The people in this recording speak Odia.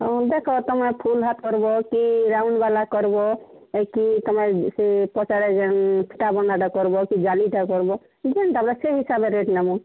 ହଁ ଦେଖ ତୁମେ ଫୁଲ୍ ହାତ କରବୋ କି ରାଉଣ୍ଡ୍ ବାଲା କରବୋ କି ତୁମେ ସେ ପଟା କରବୋ କି ଜାଲିଟା କରବୋ ସେଇ ହିସାବେ ରେଟ୍ ନେବୁ